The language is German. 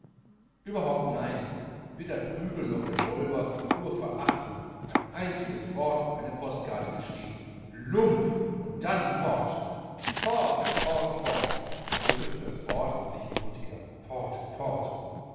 überhaupt nein weder prügel noch revolver nur verachtung ein einziges wort auf eine postkarte geschrieben lump und dann fort fort fort fort er rüttelte das wort in sich hin und her fort fort